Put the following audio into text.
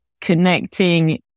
connecting